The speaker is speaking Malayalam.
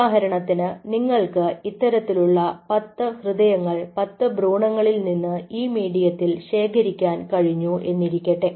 ഉദാഹരണത്തിന് നിങ്ങൾക്ക് ഇത്തരത്തിലുള്ള 10 ഹൃദയങ്ങൾ 10 ഭ്രൂണങ്ങളിൽ നിന്ന് ഈ മീഡിയത്തിൽ ശേഖരിക്കാൻ കഴിഞ്ഞു എന്നിരിക്കട്ടെ